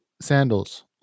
sandals